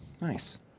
nice